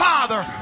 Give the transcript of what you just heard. Father